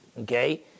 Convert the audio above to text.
Okay